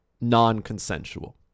non-consensual